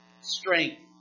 strength